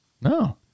No